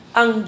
ang